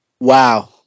Wow